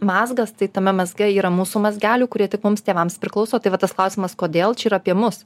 mazgas tai tame mazge yra mūsų mazgelių kurie tik mums tėvams priklauso tai va tas klausimas kodėl čia yra apie mus